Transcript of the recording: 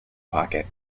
pocket